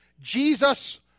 Jesus